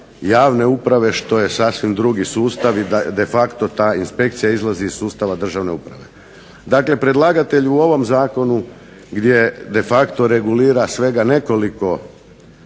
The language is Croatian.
javne uprave što je sasvim drugi sustav i de facto ta inspekcija izlazi iz sustava državne uprave. Dakle predlagatelj u ovom zakonu gdje de facto regulira svega nekoliko